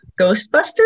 Ghostbusters